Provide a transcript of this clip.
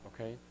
okay